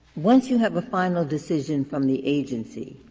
once you have a final decision from the agency,